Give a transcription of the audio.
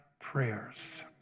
prayers